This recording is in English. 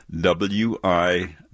W-I